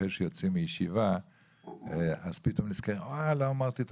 אחרי שיוצאים מישיבה פתאום נזכרים שלא אמרנו את